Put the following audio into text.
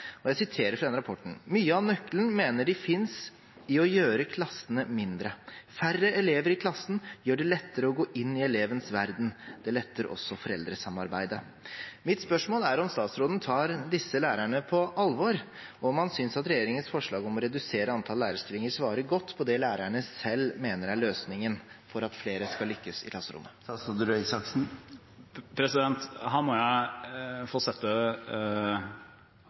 finnes i å gjøre klassene mindre. Færre elever i klassen gjør det lettere å «gå inn i elevens verden». Det letter også foreldresamarbeidet.» Mitt spørsmål er om statsråden tar disse lærerne på alvor, og om han synes at regjeringens forslag om å redusere antallet lærerstillinger svarer godt på det lærerne selv mener er løsningen for at flere skal lykkes i klasserommet? Her må jeg få sette